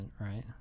right